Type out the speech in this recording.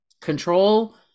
control